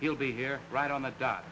he'll be here right on the dot